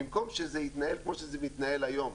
במקום שזה יתנהל כפי שזה מתנהל היום,